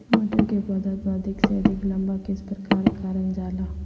मटर के पौधा को अधिक से अधिक लंबा किस प्रकार कारण जाला?